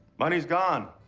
money's gone.